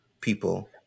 people